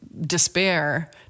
despair